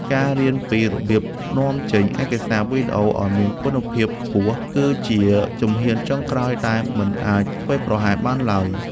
ការរៀនពីរបៀបនាំចេញឯកសារវីដេអូឱ្យមានគុណភាពខ្ពស់គឺជាជំហានចុងក្រោយដែលមិនអាចធ្វេសប្រហែសបានឡើយ។